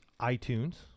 iTunes